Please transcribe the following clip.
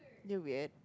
you're weird